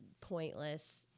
pointless